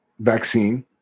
vaccine